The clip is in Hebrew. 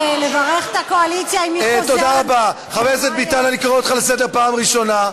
חבר הכנסת ביטן, אני קורא אותך לסדר פעם ראשונה.